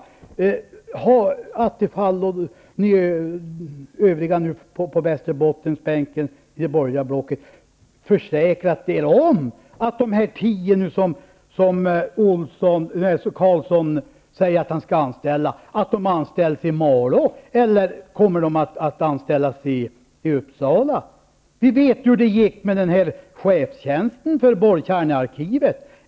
Har Attefall och de övriga ledamöterna på Västerbottensbänken i det borgerliga blocket försäkrat sig om att de tio som Carlsson säger att han skall anställa verkligen anställs i Malå, eller kommer de att anställas i Uppsala? Vi vet hur det gick med chefstjänsten i borrkärnearkivet.